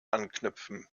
anknüpfen